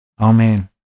Amen